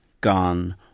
gone